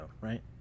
right